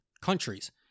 countries